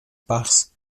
bachs